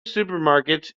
supermarkets